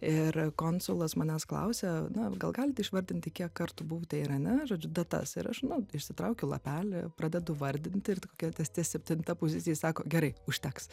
ir konsulas manęs klausia na gal galit išvardinti kiek kartų buvote irane žodžiu datas ir aš nu išsitraukiu lapelį pradedu vardinti ir kokia ties ties septinta pozicija jis sako gerai užteks